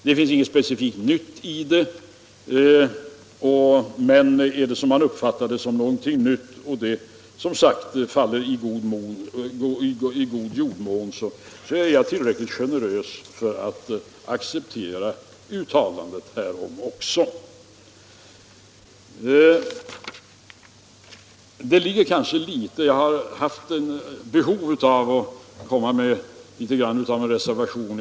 Det finns alltså ingenting specifikt nytt i detta. Men om det uppfattas som någonting nytt och det faller i god jordmån är jag tillräckligt generös för att även acceptera uttalandet härom. Jag känner emellertid behov av att göra något av en reservation.